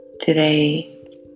Today